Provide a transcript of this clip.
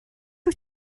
wyt